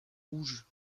rouge